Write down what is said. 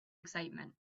excitement